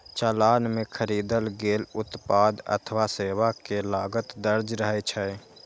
चालान मे खरीदल गेल उत्पाद अथवा सेवा के लागत दर्ज रहै छै